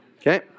Okay